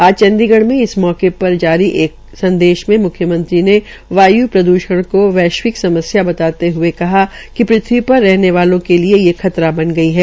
आज चंडीगढ़ में इस मौके पर जारी एक संदेश में मुख्यमंत्री ने वायु प्रद्वषण को एक वैश्विक समस्या बताते हये कहा कि पृथ्वी पर रहने वालों के लिये खतरा बन गई है